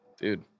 dude